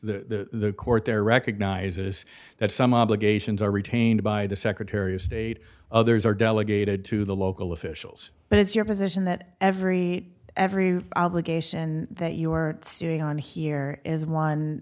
the court there recognizes that some obligations are retained by the secretary of state others are delegated to the local officials but it's your position that every every obligation that you are suing on here is one